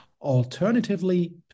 Alternatively